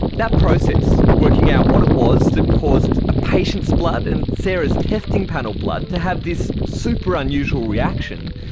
that process, working out what it was that caused a patient's blood and sarah's testing panel blood to have this super unusual reaction,